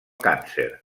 càncer